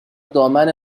دامن